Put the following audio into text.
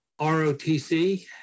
ROTC